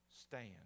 stand